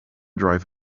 drive